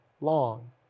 long